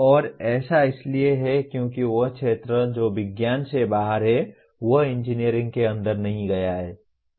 और ऐसा इसलिए है क्योंकि वह क्षेत्र जो विज्ञान से बाहर है और इंजीनियरिंग के अंदर नहीं गया है